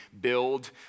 build